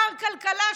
מר כלכלה,